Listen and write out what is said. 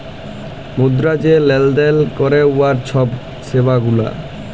মুদ্রা যে লেলদেল ক্যরে উয়ার ছব সেবা গুলা